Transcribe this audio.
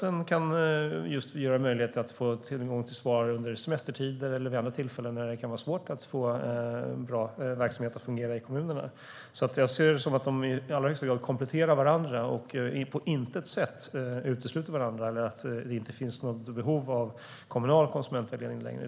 Den kan också ge möjlighet till svar under semestertider eller vid andra tillfällen när det kan vara svårt att få bra verksamhet att fungera i kommunerna. Jag ser alltså att dessa tjänster i allra högsta grad kompletterar varandra. De utesluter på intet sätt varandra, och Hallå konsument innebär inte att det inte finns något behov av kommunal konsumentvägledning.